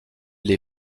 les